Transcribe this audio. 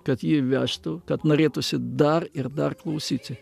kad ji vežtų kad norėtųsi dar ir dar klausyti